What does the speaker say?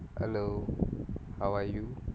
hello how are you